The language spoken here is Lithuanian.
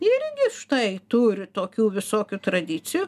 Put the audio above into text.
irgi štai turi tokių visokių tradicijų